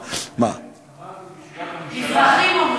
מזרחים.